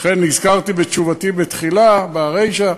לכן הזכרתי בתשובתי בתחילה, ברישה,